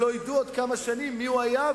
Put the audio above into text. שלא ידעו בעוד כמה שנים מי הוא היה,